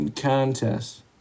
contests